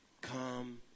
come